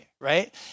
right